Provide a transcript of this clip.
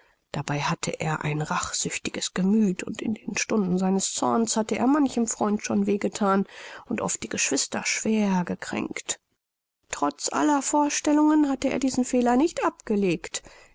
dabei hatte er ein rachsüchtiges gemüth und in den stunden seines zorns hatte er manchem freund schon weh gethan und oft die geschwister schwer gekränkt trotz aller vorstellungen hatte er diesen fehler nicht abgelegt